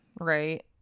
right